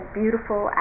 beautiful